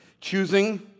Choosing